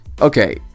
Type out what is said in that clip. okay